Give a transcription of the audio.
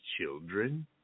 children